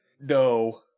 No